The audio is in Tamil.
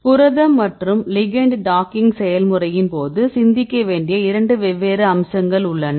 புரதம் மற்றும் லிகெண்ட் டாக்கிங் செயல் முறையின் போது சிந்திக்க வேண்டிய இரண்டு வெவ்வேறு அம்சங்கள் உள்ளன